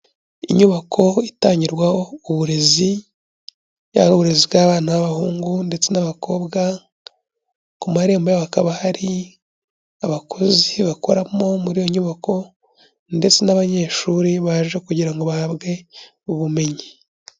Inyubako itangirwaho uburezi yaba uburezi bw'abana b'abahungu ndetse n'abakobwa, ku marembo yaho hakaba hari abakozi bakoramo muri iyo nyubako ndetse n'abanyeshuri baje kugira ngo bahabwe ubumenyi.